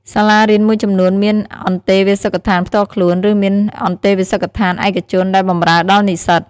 សាលារៀនមួយចំនួនមានអន្តេវាសិកដ្ឋានផ្ទាល់ខ្លួន ឬមានអន្តេវាសិកដ្ឋានឯកជនដែលបម្រើដល់និស្សិត។